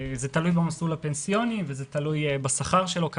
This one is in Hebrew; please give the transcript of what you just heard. זה תלוי במסלול הפנסיוני, וזה תלוי בשכר שלו.